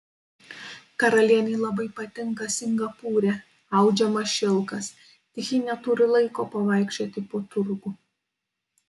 karalienei labai patinka singapūre audžiamas šilkas tik ji neturi laiko pavaikščioti po turgų